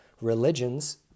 religions